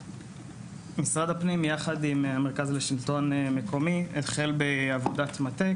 משרד הפנים יחד עם מרכז השלטון המקומי החל בעבודת מטה,